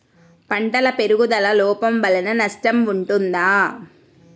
పంటల పెరుగుదల లోపం వలన నష్టము ఉంటుందా?